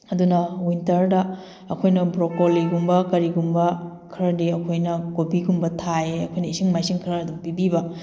ꯑꯗꯨꯅ ꯋꯤꯟꯇꯔꯗ ꯑꯩꯈꯣꯏꯅ ꯕ꯭ꯔꯣꯀꯣꯂꯤꯒꯨꯝꯕ ꯀꯔꯤꯒꯨꯝꯕ ꯈꯔꯗꯤ ꯑꯩꯈꯣꯏꯅ ꯀꯣꯕꯤꯒꯨꯝꯕ ꯊꯥꯏꯌꯦ ꯑꯩꯈꯣꯏꯅ ꯏꯁꯤꯡ ꯃꯥꯏꯁꯤꯡ ꯈꯔ ꯑꯗꯨꯝ ꯄꯤꯕꯤꯕ